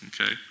okay